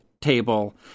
table